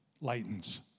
lightens